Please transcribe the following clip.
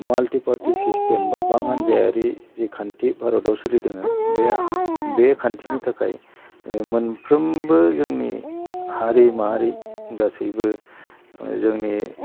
multi party system बा बां हान्जायारि जि खान्थि भारतआव सोलिदोङो बे खान्थिनि थाखाय मोनफ्रोमबो जोंनि हारि माहारि गासैबो जोंनि